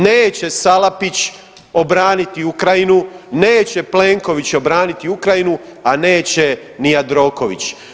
Neće Salapić obraniti Ukrajinu, neće Plenković obraniti Ukrajinu, a neće ni Jandroković.